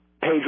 page